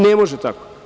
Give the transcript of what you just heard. Ne može tako.